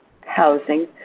housing